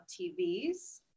TVs